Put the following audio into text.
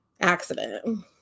accident